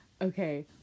Okay